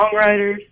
songwriters